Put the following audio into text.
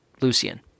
Lucian